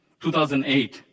2008